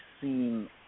seen